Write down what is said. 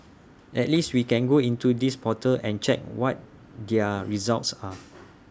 at least we can go into this portal and check what their results are